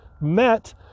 met